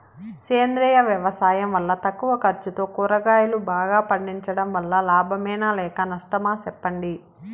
సేంద్రియ వ్యవసాయం వల్ల తక్కువ ఖర్చుతో కూరగాయలు బాగా పండించడం వల్ల లాభమేనా లేక నష్టమా సెప్పండి